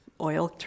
oil